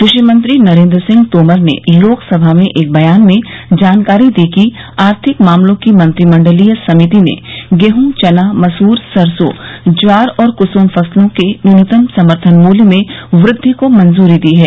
कृषि मंत्री नरेंद्र सिंह तोमर ने लोकसभा में एक बयान में जानकारी दी कि आर्थिक मामलों की मंत्रिमंडलीय समिति ने गेहूं चना मसूर सरसों ज्वार और क्सुम फसलों के न्यूनतम समर्थन मूल्य में वृद्वि को मंजूरी दी है